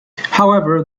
however